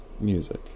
music